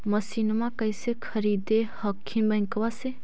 मसिनमा कैसे खरीदे हखिन बैंकबा से?